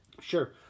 Sure